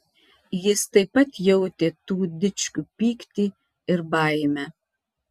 jis taip pat jautė tų dičkių pyktį ir baimę